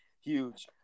huge